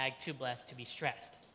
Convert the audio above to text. too-blessed-to-be-stressed